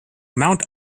mount